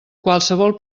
qualsevol